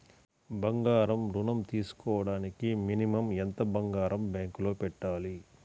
బంగారం ఋణం తీసుకోవడానికి మినిమం ఎంత బంగారం బ్యాంకులో పెట్టాలి?